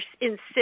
insist